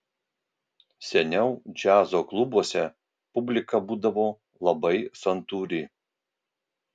seniau džiazo klubuose publika būdavo labai santūri